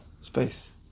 Space